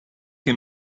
che